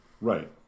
right